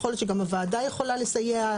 יכול להיות שגם הוועדה יכולה לסייע,